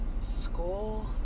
school